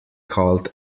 called